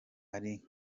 ari